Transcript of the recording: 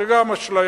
זאת גם אשליה,